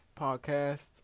podcast